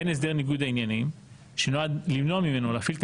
בין הסדר ניגוד העניינים שנועד למנוע ממנו להפעיל את